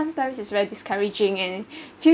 sometimes it's very discouraging and feel